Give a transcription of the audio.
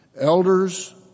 Elders